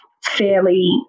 fairly